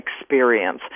experience